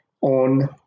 on